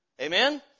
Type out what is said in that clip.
Amen